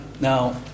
now